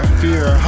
fear